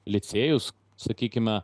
licėjus sakykime